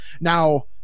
Now